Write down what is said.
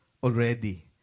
already